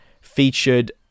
featured